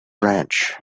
ranch